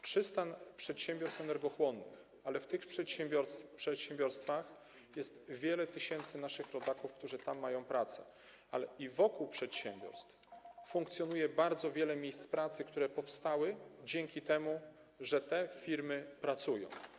300 przedsiębiorstw energochłonnych, ale w tych przedsiębiorstwach jest wiele tysięcy naszych rodaków, którzy mają tam pracę, jak też wokół przedsiębiorstw funkcjonuje bardzo wiele miejsc pracy, które powstały dzięki temu, że te firmy pracują.